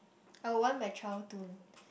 I would want my child to